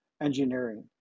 engineering